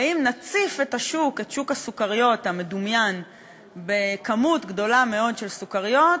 ואם נציף את שוק הסוכריות המדומיין בכמות גדולה מאוד של סוכריות,